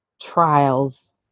trials